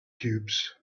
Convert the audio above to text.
cubes